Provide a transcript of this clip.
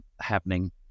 happening